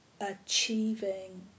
achieving